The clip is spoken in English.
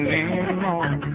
anymore